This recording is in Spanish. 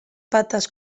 patas